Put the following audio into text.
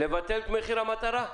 לבטל את מחיר המטרה?